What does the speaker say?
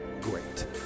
great